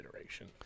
iteration